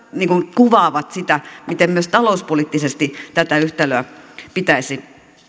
kuvaavat sitä miten myös talouspoliittisesti tätä yhtälöä pitäisi